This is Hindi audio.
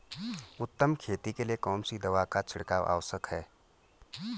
उत्तम खेती के लिए कौन सी दवा का छिड़काव आवश्यक है?